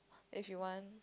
if you want